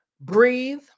Breathe